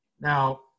Now